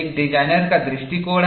एक डिजाइनर का दृष्टिकोण है